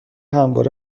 همواره